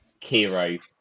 Kiro